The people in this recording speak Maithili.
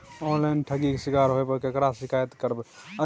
ऑनलाइन ठगी के शिकार होय पर केकरा से शिकायत करबै?